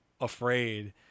afraid